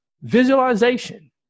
visualization